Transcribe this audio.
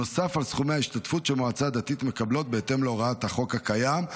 נוסף על סכומי ההשתתפות שמועצות דתיות מקבלות בהתאם להוראות החוק הקיים,